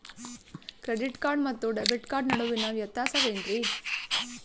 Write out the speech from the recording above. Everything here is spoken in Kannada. ಕ್ರೆಡಿಟ್ ಕಾರ್ಡ್ ಮತ್ತು ಡೆಬಿಟ್ ಕಾರ್ಡ್ ನಡುವಿನ ವ್ಯತ್ಯಾಸ ವೇನ್ರೀ?